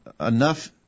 enough